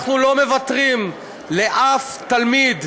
אנחנו לא מוותרים לאף תלמיד.